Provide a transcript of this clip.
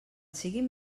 siguin